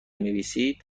نویسید